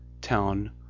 town